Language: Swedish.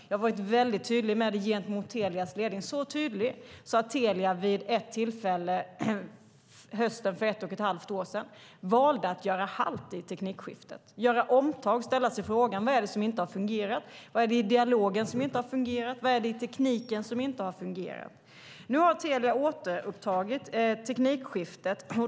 Jag har varit väldigt tydlig med det gentemot Telias ledning, så tydlig att Telia vid ett tillfälle, hösten för ett och ett halvt år sedan, valde att göra halt i teknikskiftet, göra omtag och ställa sig frågorna: Vad är det som inte har fungerat? Vad är det i dialogen som inte har fungerat? Vad är det i tekniken som inte har fungerat? Nu har Telia återupptagit teknikskiftet.